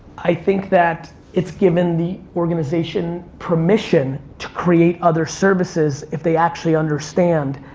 i think that it's given the organization permission to create other services if they actually understand.